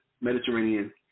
Mediterranean